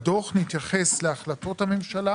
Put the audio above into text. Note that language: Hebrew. בדוח נתייחס להחלטות הממשלה